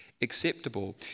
acceptable